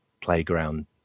playground